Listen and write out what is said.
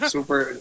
Super